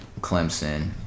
Clemson